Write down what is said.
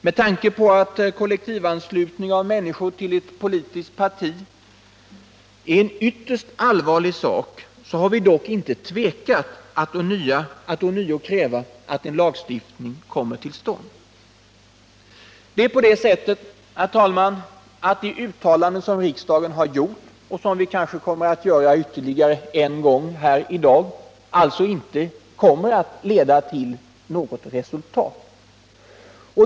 Med tanke på att kollektivanslutning av människor till ett politiskt parti är en ytterst allvarlig sak har vi dock inte tvekat att ånyo kräva att en lagstiftning kommer till stånd. Det är på det sättet, herr talman, att de uttalanden som riksdagen har gjort och som den kanske kommer att göra ytterligare en gång här i dag, inte kommer att leda till något resultat.